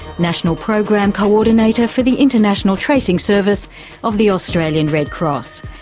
national program co-ordinator for the international tracing service of the australian red cross.